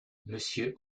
monsieur